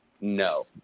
No